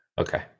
okay